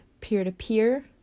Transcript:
peer-to-peer